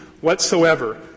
whatsoever